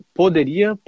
poderia